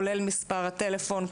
כולל מספר הטלפון,